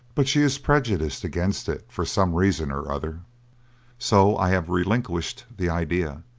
but she is prejudiced against it for some reason or other so i have relinquished the idea,